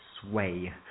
sway